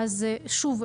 אז שוב,